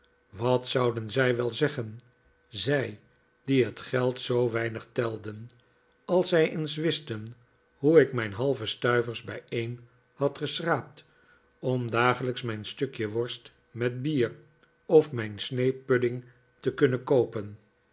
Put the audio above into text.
wat zouden zij wel zeggen zij die het geld zoo weinig telden als zij eens wisten hoe ik mijn halve stuivers bijeen had geschraapt om dagelijks mijn stukje worst met bier of mijn sne pudding te kunnen koopen